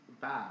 bad